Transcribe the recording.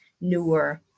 newer